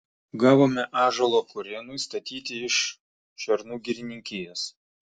gavome ąžuolo kurėnui statyti iš šernų girininkijos